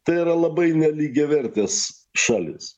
tai yra labai nelygiavertės šalys